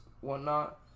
whatnot